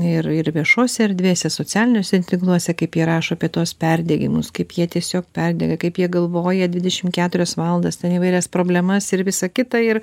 ir ir viešose erdvėse socialiniuose tinkluose kaip jie rašo apie tuos perdengimus kaip jie tiesiog perdega kaip jie galvoja dvidešimt keturias valandas ten įvairias problemas ir visa kita ir